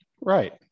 right